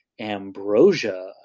Ambrosia